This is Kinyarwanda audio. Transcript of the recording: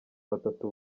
batatu